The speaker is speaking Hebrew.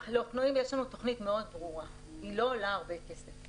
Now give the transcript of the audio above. יש לנו תוכנית מאוד ברורה, היא לא עולה הרבה כסף.